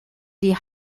die